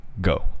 go